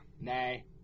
Nay